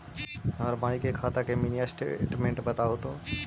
हमर माई के खाता के मीनी स्टेटमेंट बतहु तो?